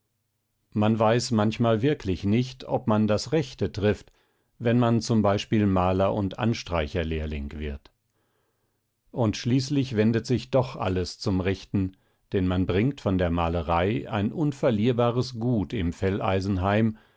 man weiß manchmal wirklich nicht ob man das rechte trifft wenn man z b maler und anstreicherlehrling wird und schließlich wendet sich doch alles zum rechten denn man bringt von der malerei ein unverlierbares gut im